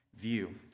View